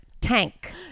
Tank